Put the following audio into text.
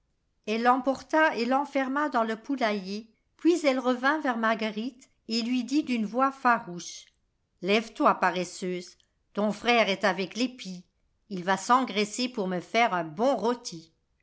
elle l'emporta et l'enferma dans le poulailler puis elle revint vers marguerite et lui dit d'une voix farouche a lève-toi paresseuse ton frère est avec les pies il va s'engraisser pour me faire un bon rôti